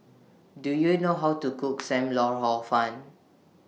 Do YOU know How to Cook SAM Lau Hor Fun